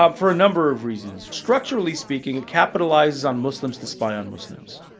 um for a number of reasons. structurally speaking, it capitalizes on muslims to spy on muslims.